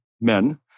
men